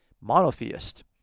monotheist